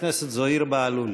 חבר הכנסת זוהיר בהלול.